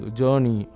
journey